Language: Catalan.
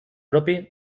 propi